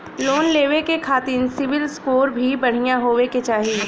Loan लेवे के खातिन सिविल स्कोर भी बढ़िया होवें के चाही?